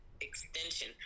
extension